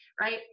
Right